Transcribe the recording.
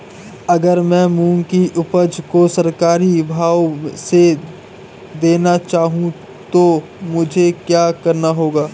अगर मैं मूंग की उपज को सरकारी भाव से देना चाहूँ तो मुझे क्या करना होगा?